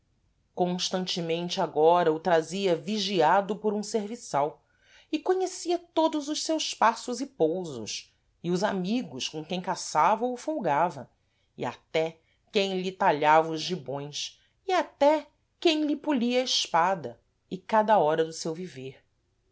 constantemente agora o trazia vigiado por um serviçal e conhecia todos os seus passos e pousos e os amigos com quem caçava ou folgava e até quem lhe talhava os gibões e até quem lhe polia a espada e cada hora do seu viver